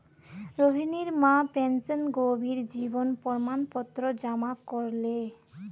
रोहिणीर मां पेंशनभोगीर जीवन प्रमाण पत्र जमा करले